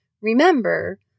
Remember